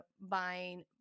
buying